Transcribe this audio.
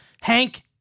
Hank